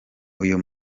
uyu